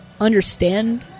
understand